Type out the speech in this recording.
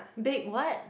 big what